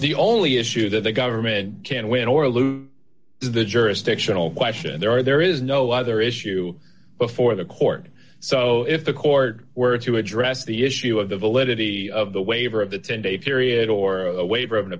the only issue that the government can win or lose is the jurisdictional question there are there is no other issue before the court so if the court were to address the issue of the validity of the waiver of the ten day period or a waiver of an